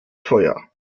teuer